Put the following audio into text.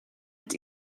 het